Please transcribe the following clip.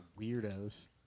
weirdos